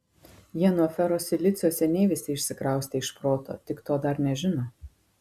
jie nuo ferosilicio seniai visi išsikraustė iš proto tik to dar nežino